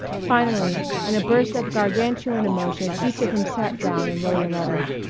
finally, in a burst of gargantuan emotion each of them sat down and wrote a letter.